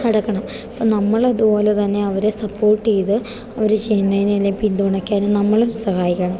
കടക്കണം അപ്പം നമ്മളതുപോലെ തന്നെ അവരെ സപ്പോർട്ട് ചെയ്ത് അവർ ചെയ്യുന്നതിനെയെല്ലാം പിന്തുണയ്ക്കാനും നമ്മളും സഹായിക്കണം